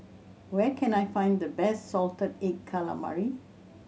where can I find the best salted egg calamari